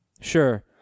Sure